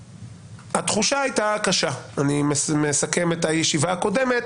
התחושה הייתה קשה אני מסכם את הישיבה הקודמת